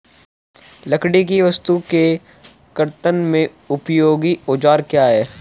लकड़ी की वस्तु के कर्तन में उपयोगी औजार क्या हैं?